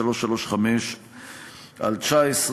פ/2335/19,